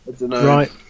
right